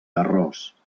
arròs